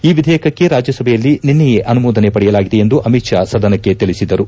ಈ ವಿಧೇಯಕಕ್ಕೆ ರಾಜ್ಯಸಭೆಯಲ್ಲಿ ನಿನ್ನೆಯೇ ಅನುಮೋದನೆ ಪಡೆಯಲಾಗಿದೆ ಎಂದು ಅಮಿತ್ ಷಾ ಸದನಕ್ಕೆ ತಿಳಿಸಿದರು